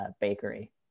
bakery